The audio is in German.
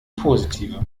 positive